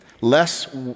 Less